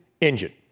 engine